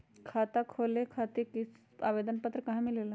खाता खोले खातीर आवेदन पत्र कहा मिलेला?